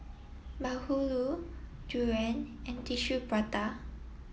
Bahulu durian and Tissue Prata